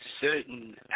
certain